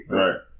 right